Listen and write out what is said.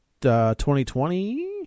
2020